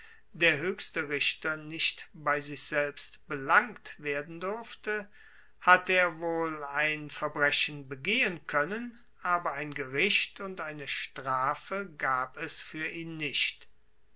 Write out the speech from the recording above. der hoechste richter nicht bei sich selbst belangt werden durfte hatte er wohl ein verbrechen begehen koennen aber ein gericht und eine strafe gab es fuer ihn nicht